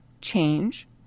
Change